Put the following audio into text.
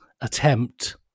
attempt